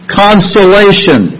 consolation